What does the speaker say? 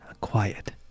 quiet